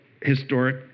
historic